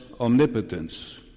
omnipotence